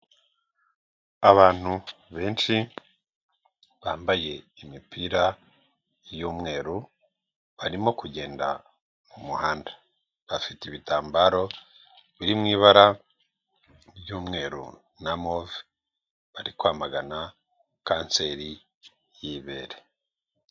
Abantu benshi bambaye imipira y'umweru barimo kugenda mu muhanda, bafite ibitambaro biri mu ibara ry'umweru na move bari kwamagana kanseri y'ibere.